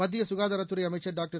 மத்திய சுகாதாரத்துறை அமைச்சர் டாக்டர்